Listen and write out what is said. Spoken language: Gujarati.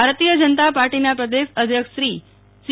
પાટીલ ભારતીય જનતા પાર્ટીના પ્રદેશ અધ્યક્ષશ્રી સી